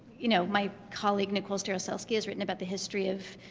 you know my colleague, nicole starosielski, has written about the history of